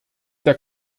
der